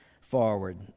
forward